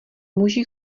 muži